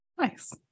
Nice